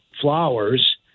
flowers